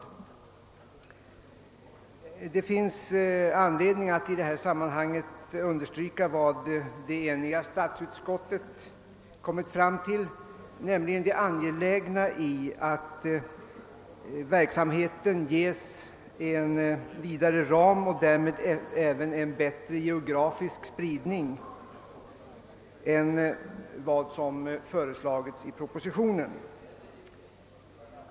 Det finns anledning att i detta sammanhang understryka vad det eniga statsutskottet kommit fram till, nämligen det angelägna i att verksamheten ges en vidare ram och därmed även en bättre geografisk spridning än vad som föreslagits i propositionen.